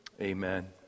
Amen